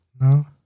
No